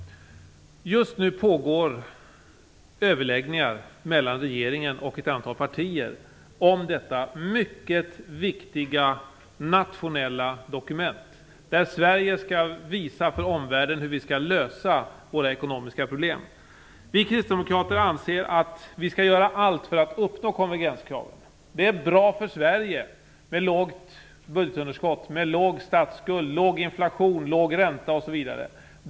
Just nu pågår överläggningar mellan regeringen och ett antal partier om detta mycket viktiga nationella dokument, där Sverige skall visa för omvärlden hur vi skall lösa våra ekonomiska problem. Vi kristdemokrater anser att vi skall göra allt för att uppnå konvergenskraven. Det är bra för Sverige med lågt budgetunderskott, låg statsskuld, låg inflation, låg ränta osv.